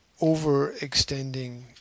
overextending